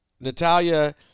natalia